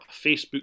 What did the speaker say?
Facebook